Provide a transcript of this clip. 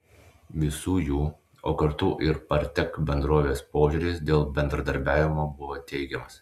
visų jų o kartu ir partek bendrovės požiūris dėl bendradarbiavimo buvo teigiamas